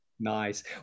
Nice